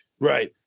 Right